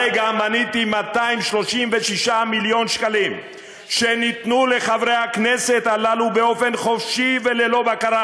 הרגע מניתי 236 שקלים שניתנו לחברי הכנסת הללו באופן חופשי וללא בקרה.